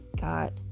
got